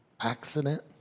accident